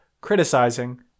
criticizing